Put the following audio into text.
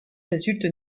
résulte